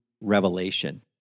revelation